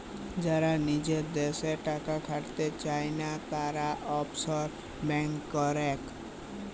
যারা লিজের দ্যাশে টাকা খাটাতে চায়না, তারা অফশোর ব্যাঙ্কিং করেক